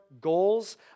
goals